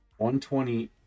120